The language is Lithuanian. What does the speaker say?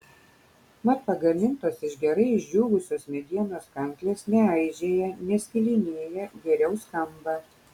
mat pagamintos iš gerai išdžiūvusios medienos kanklės neaižėja neskilinėja geriau skamba